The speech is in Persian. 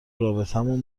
رابطمون